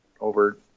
over